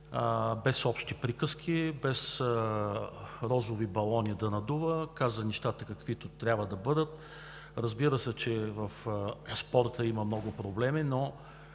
без общи приказки, без да надува розови балони, каза нещата каквито трябва да бъдат. Разбира се, че в спорта има много проблеми, но